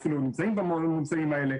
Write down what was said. או אפילו נמצאים בממוצעים האלה,